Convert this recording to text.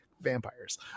vampires